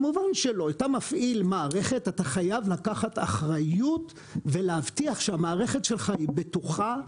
אתה מפעיל מערכת ואתה חייב לקחת אחריות ולהבטיח שהמערכת שלך היא בטוחה.